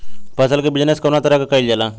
फसल क बिजनेस कउने तरह कईल जाला?